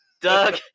Doug